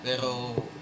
Pero